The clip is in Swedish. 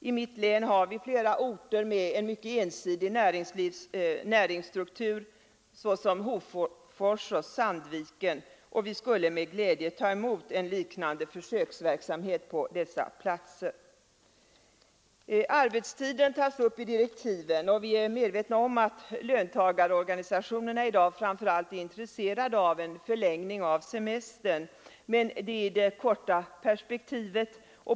I mitt län har flera orter mycket ensidig näringsstruktur, såsom Hofors och Sandviken, och vi skulle med glädje ta emot en liknande försöksverksamhet på dessa platser. Arbetstiden tas upp i direktiven. Vi är medvetna om att löntagarorganisationerna i dag framför allt är intresserade av en förlängning av semestern, men det är i det korta perspektivet.